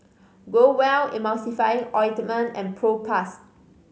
Growell Emulsying Ointment and Propass